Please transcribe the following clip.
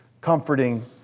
comforting